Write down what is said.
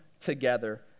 together